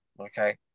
okay